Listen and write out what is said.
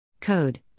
Code